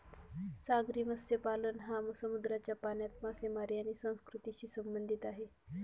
सागरी मत्स्यपालन हा समुद्राच्या पाण्यात मासेमारी आणि संस्कृतीशी संबंधित आहे